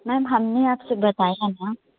ma'am हमने आपसे बताया ना